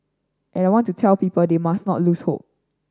and I want to tell people they must not lose hope